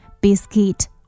Biscuit